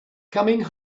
coming